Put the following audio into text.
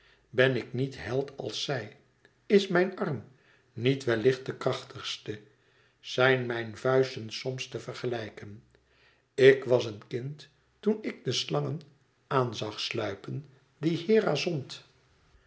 ben ik niet held als zij is mijn arm niet wellicht de krachtigste zijn mijn vuisten soms te vergelijken ik was een kind toen ik de slangen aan zag sluipen die hera zond